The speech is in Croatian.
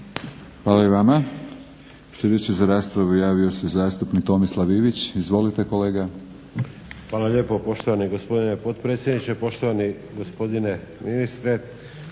Hvala i vama. Sljedeći za raspravu javio se zastupnik Tomislav Ivić. Izvolite kolega. **Ivić, Tomislav (HDZ)** Hvala lijepo poštovani gospodine potpredsjedniče, poštovani gospodine ministre,